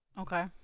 Okay